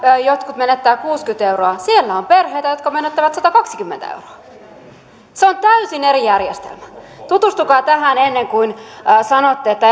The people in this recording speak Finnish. jotkut menettävät kuusikymmentä euroa siellä on perheitä jotka menettävät satakaksikymmentä euroa se on täysin eri järjestelmä tutustukaa tähän ennen kuin sanotte että